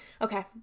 Okay